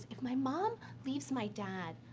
if my mom leaves my dad,